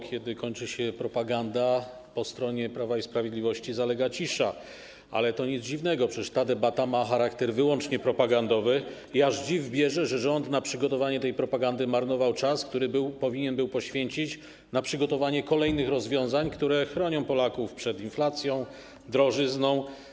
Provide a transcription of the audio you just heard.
Kiedy kończy się propaganda, po stronie Prawa i Sprawiedliwości zalega cisza, ale to nic dziwnego, przecież ta debata ma charakter wyłącznie propagandowy i aż dziw bierze, że rząd na przygotowanie tej propagandy marnował czas, który powinien był poświęcić na przygotowanie kolejnych rozwiązań, które chronią Polaków przed inflacją i drożyzną.